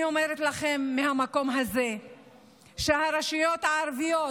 אני אומרת לכם מהמקום הזה שהרשויות הערביות,